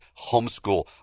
homeschool